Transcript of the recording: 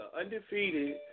undefeated